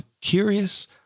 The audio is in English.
curious